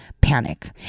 panic